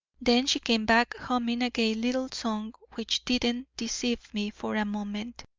then she came back humming a gay little song which didn't deceive me for a moment.